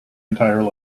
entire